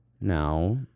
Now